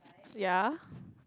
ya